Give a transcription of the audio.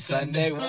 Sunday